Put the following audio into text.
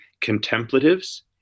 contemplatives